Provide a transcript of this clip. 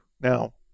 Now